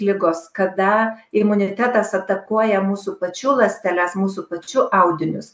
ligos kada imunitetas atakuoja mūsų pačių ląsteles mūsų pačių audinius